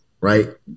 right